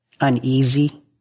uneasy